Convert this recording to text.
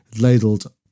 ladled